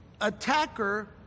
attacker